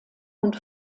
und